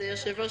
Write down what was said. היושב-ראש